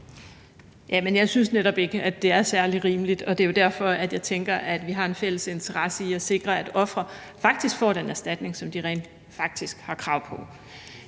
Jeg synes netop ikke, at det er særlig rimeligt, og det er jo derfor, jeg tænker, at vi har en fælles interesse i at sikre, at ofre får den erstatning, som de rent faktisk har krav på,